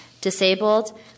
disabled